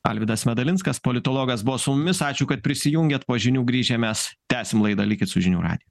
alvydas medalinskas politologas buvo su mumis ačiū kad prisijungėt po žinių grįžę mes tęsim laidą likit su žinių radiju